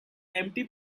empty